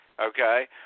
okay